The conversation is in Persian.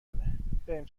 کنهبریم